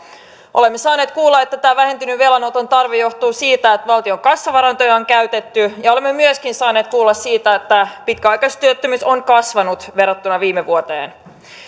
olemme saaneet kuulla että tämä vähentynyt velanoton tarve johtuu siitä että valtion kassavarantoja on käytetty ja olemme myöskin saaneet kuulla että pitkäaikaistyöttömyys on kasvanut verrattuna viime vuoteen